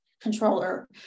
controller